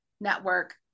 network